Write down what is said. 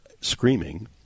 screaming